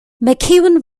mcewen